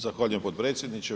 Zahvaljujem potpredsjedniče.